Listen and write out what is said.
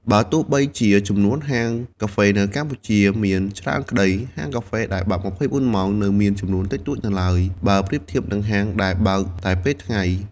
បើទោះបីជាចំនួនហាងកាហ្វេនៅកម្ពុជាមានច្រើនក្តី ហាងកាហ្វេដែលបើក ២៤ ម៉ោងនៅមានចំនួនតិចតួចនៅឡើយ បើប្រៀបធៀបនឹងហាងដែលបើកតែពេលថ្ងៃ។